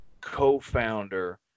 co-founder